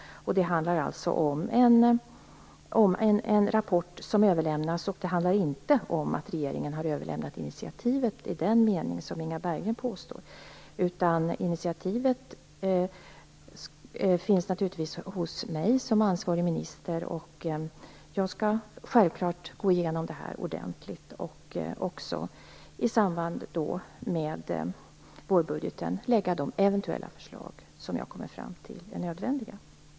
Det handlar alltså om en rapport som överlämnas. Det handlar inte om att regeringen har överlämnat initiativet i den mening som Inga Berggren påstår. Initiativet finns naturligtvis hos mig som ansvarig minister. Jag skall självklart gå igenom det här ordentligt och i samband med vårbudgeten lägga fram de eventuella förslag som jag finner är nödvändiga.